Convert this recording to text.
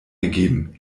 gegeben